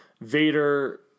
Vader